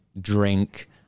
drink